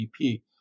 GDP